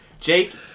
Jake